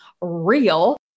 real